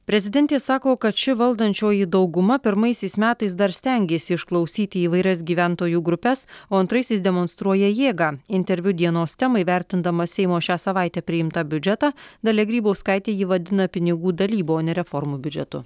prezidentė sako kad ši valdančioji dauguma pirmaisiais metais dar stengėsi išklausyti įvairias gyventojų grupes o antraisiais demonstruoja jėgą interviu dienos temai vertindama seimo šią savaitę priimtą biudžetą dalia grybauskaitė jį vadina pinigų dalybų o ne reformų biudžetu